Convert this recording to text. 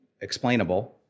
explainable